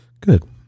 Good